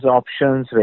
options